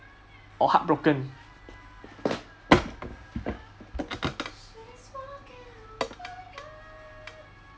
or heartbroken